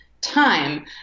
time